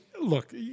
look